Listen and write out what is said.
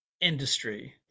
industry